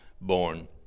born